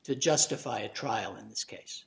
to justify a trial in this case